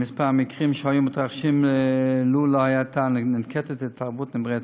במספר המקרים שהיו מתרחשים לו לא הייתה ננקטת התערבות נמרצת.